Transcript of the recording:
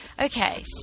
Okay